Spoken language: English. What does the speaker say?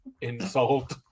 insult